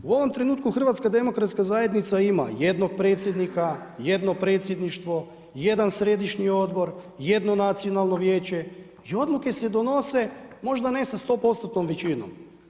U ovom trenutku HDZ ima jednog predsjednika, jedno predsjedništvo, jedan središnji odbor, jedno nacionalno vijeće i odluke se donose, možda ne sa 100%-tnom većinom.